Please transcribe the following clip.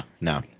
no